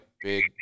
big